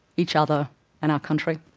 each other and our country.